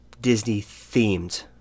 Disney-themed